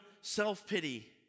self-pity